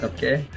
Okay